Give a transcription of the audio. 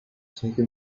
taken